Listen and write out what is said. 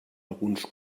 alguns